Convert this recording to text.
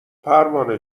پروانه